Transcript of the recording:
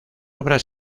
obras